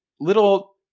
little